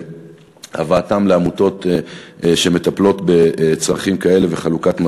והבאתם לעמותות שמטפלות בצרכים כאלה ובחלוקת מזון.